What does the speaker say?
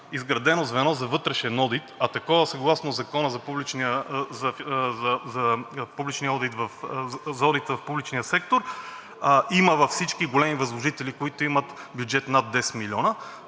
изградено звено за вътрешен одит, а такова съгласно Закона за одита в публичния сектор има във всички големи възложители, които имат бюджет над 10 милиона,